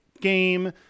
game